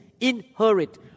inherit